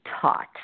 taught